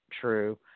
true